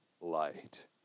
light